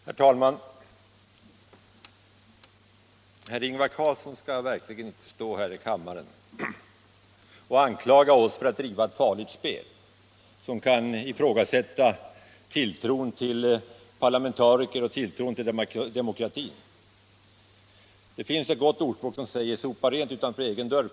Herr talman! Herr Carlsson i Tyresö skall verkligen inte stå här i kammaren och anklaga oss för att driva ett farligt spel, som kan göra att tilltron till parlamentariker och tilltron till demokratin ifrågasätts. Det finns en gammal uppmaning som säger att man först skall sopa rent framför sin egen dörr.